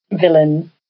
villain